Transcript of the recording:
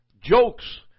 jokes